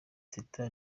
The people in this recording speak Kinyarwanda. teta